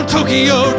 Tokyo